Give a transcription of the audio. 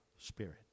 spirit